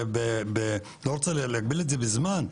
לא רוצה להגביל את זה בזמן,